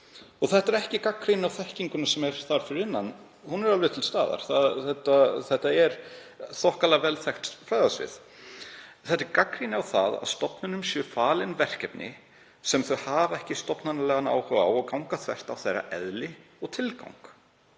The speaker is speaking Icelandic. Þetta er ekki gagnrýni á þekkinguna sem er þar fyrir hendi, hún er alveg til staðar, þetta er þokkalega vel þekkt fræðasvið, heldur gagnrýni á það að stofnunum séu falin verkefni sem þau hafa ekki stofnanalegan áhuga á og ganga þvert á eðli þeirra og tilgang.